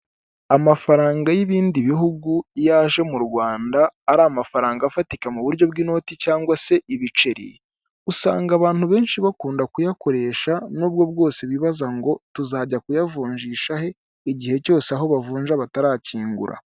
Amafaranga y'ibindi bihugu iyo aje mu Rwanda ari amafaranga afatika muburyo bw'inoti cyangwa se ibiceri usanga abantu benshi bakunda kuyakoresha nubwo rwose bibaza ngo tuzajya kuyavunjisha he?igihe cyose aho bavunja batarakingura.